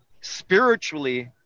spiritually